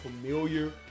familiar